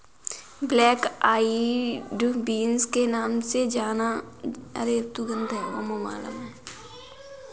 black eyed beans के नाम से जाना जाने वाला उत्पाद दलहन का एक प्रारूप है